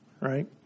Right